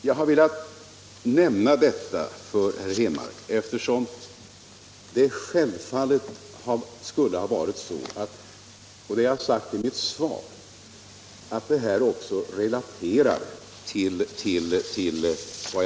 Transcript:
Jag har velat nämna detta för herr Henmark, eftersom antalet besök självfallet, såsom jag framhöll i mitt svar, är relaterade till taxans arvodesnivå.